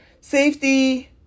safety